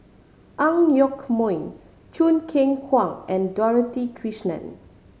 Ang Yoke Mooi Choo Keng Kwang and Dorothy Krishnan